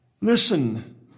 Listen